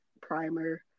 primer